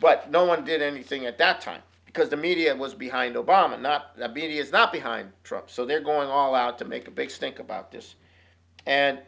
but no one did anything at that time because the media was behind obama not that beauty is not behind trump so they're going all out to make a big stink about this and